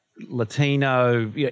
Latino